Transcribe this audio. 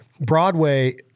Broadway